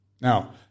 Now